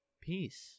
Peace